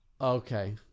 Okay